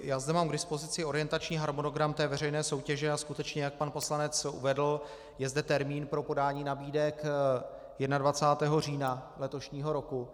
Já zde mám k dispozici orientační harmonogram té veřejné soutěže, a skutečně, jak pan poslanec uvedl, je zde termín pro podání nabídek 21. října letošního roku.